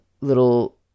little